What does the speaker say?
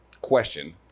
question